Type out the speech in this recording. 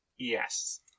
Yes